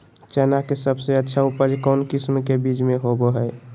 चना के सबसे अच्छा उपज कौन किस्म के बीच में होबो हय?